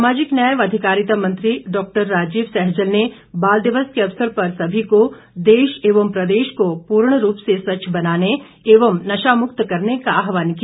सामाजिक न्याय व अधिकारिता मंत्री डॉ राजीव सहजल ने बाल दिवस के अवसर पर सभी को देश एवं प्रदेश को पूर्ण रूप से स्वच्छ बनाने एवं नशामुक्त करने का आहवान किया